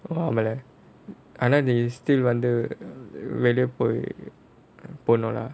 ஆனா நீ:aanaa nee still வந்து வெளியே போய் போனும்:vanthu veliyae poi ponum lah